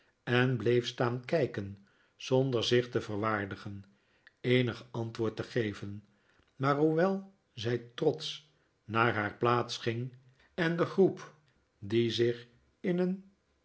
en bleef staan kijken zonder zich te verwaardigen eenig antwoord te geven maar hoewel zij trotsch naar haar plaats ging en de groep die zich in een